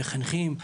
מחנכים,